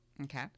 Okay